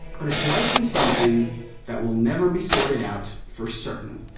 but it's likely something that will never be sorted out for certain,